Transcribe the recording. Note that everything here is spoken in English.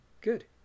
good